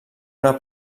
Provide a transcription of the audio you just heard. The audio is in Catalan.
una